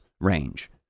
range